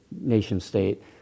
nation-state